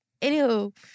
Anywho